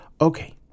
Okay